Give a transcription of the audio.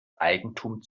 eigentum